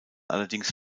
allerdings